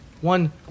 one